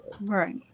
Right